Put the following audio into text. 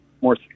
more